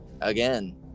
again